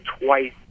twice